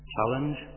Challenge